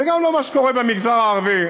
וגם לא את מה שקורה במגזר הערבי.